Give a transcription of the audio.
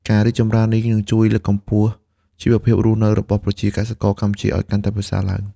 ការរីកចម្រើននេះនឹងជួយលើកកម្ពស់ជីវភាពរស់នៅរបស់ប្រជាកសិករកម្ពុជាឲ្យកាន់តែប្រសើរឡើង។